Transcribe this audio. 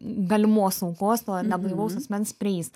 galimos aukos to neblaivaus asmens prieis